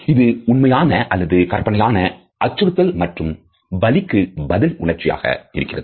இது உண்மையான அல்லது கற்பனையான அச்சுறுத்தல் மற்றும் வலிக்கு பதில் உணர்ச்சியாக இருக்கிறது